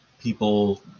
people